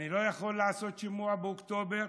אני לא יכול לעשות שימוע באוקטובר,